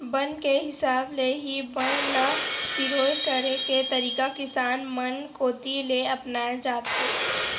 बन के हिसाब ले ही बन ल सिरोय करे के तरीका किसान मन कोती ले अपनाए जाथे